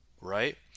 Right